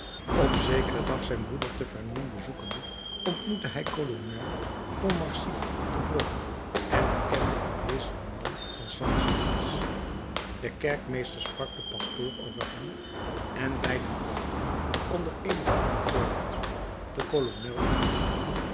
op zekeren dag zijn broeder te vernon bezoekende ontmoette hij kolonel pontmercy op de brug en herkende in dezen den man van st sulpice de kerkmeester sprak den pastoor over hem en beiden brachten onder een of ander voorwendsel den kolonel een bezoek